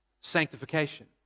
sanctification